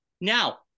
Now